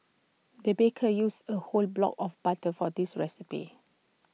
the baker used A whole block of butter for this recipe